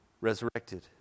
resurrected